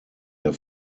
der